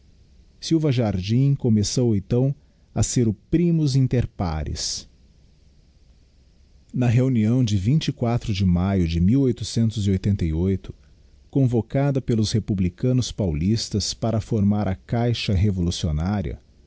reinado silva jardim começou então a ser o primus inter pares na reunião de de maio de convocados pelos republicanos paulistas para formar a caixa revolucionaria